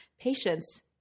patience